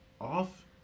off